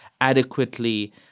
adequately